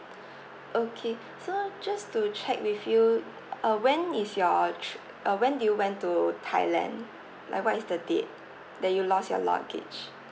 okay so just to check with you uh when is your tr~ uh when did you went to thailand like what is the date that you lost your luggage